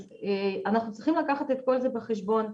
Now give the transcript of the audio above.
אז אנחנו צריכים לקחת את כל זה בחשבון.